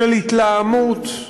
של התלהמות.